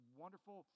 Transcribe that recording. wonderful